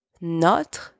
Notre